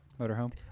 motorhome